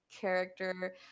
character